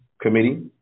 committee